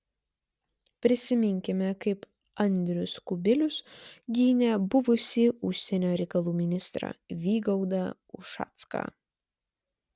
prisiminkime kaip andrius kubilius gynė buvusį užsienio reikalų ministrą vygaudą ušacką